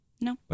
No